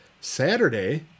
Saturday